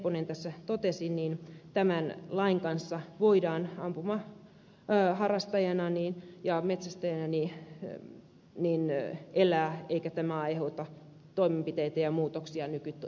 nepponen tässä totesi tämän lain kanssa voi ampumaharrastajana ja metsästäjänä elää eikä tämä aiheuta toimenpiteitä ja muutoksia nykykäytäntöön